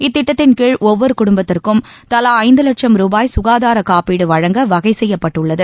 இத்திட்டத்தின் கீழ் ஒவ்வொரு குடும்பத்திற்கு தலா ஐந்து லட்சம் ரூபாய் சுகாதார காப்பீடு வழங்க வகை செய்யப்பட்டுள்ளது